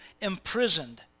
imprisoned